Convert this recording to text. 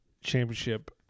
Championship